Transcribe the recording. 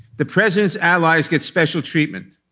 the president's allies get special treatment.